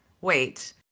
Wait